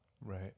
right